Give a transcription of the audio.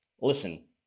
listen